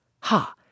Ha